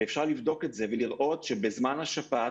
ואפשר לבדוק את זה ולראות שבזמן השפעת